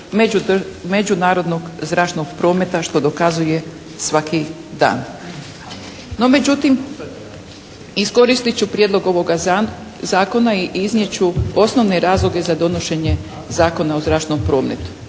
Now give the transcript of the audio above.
međunarodnog zračnog prometa što dokazuje svaki dan. No, međutim, iskoristiti ću prijedlog ovoga zakona i iznijet ću osnovne razloge za donošenje Zakona o zračnom prometu.